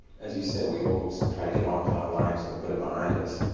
as you say, we all tried to get on with our lives and put it behind us.